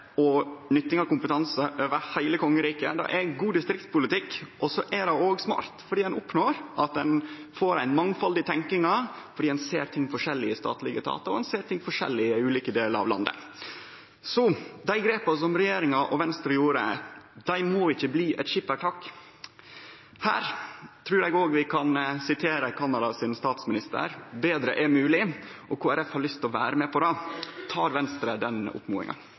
og nytting av kompetanse over heile kongeriket er god distriktspolitikk, og så er det òg smart, fordi ein oppnår at ein får den mangfaldige tenkinga fordi ein ser ting forskjellig i statlege etatar og ein ser ting forskjellig i ulike delar av landet. Så dei grepa som regjeringa og Venstre gjorde, må ikkje bli eit skippertak. Her trur eg òg vi kan sitere Canada sin statsminister: Betre er mogleg. Kristeleg Folkeparti har lyst til å vere med på det. Tek Venstre den oppmodinga?